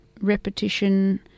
repetition